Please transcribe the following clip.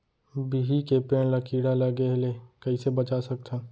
बिही के पेड़ ला कीड़ा लगे ले कइसे बचा सकथन?